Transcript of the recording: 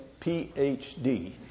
PhD